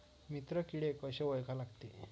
मित्र किडे कशे ओळखा लागते?